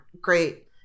great